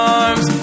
arms